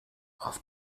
auf